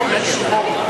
לפי רשימות.